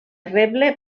reble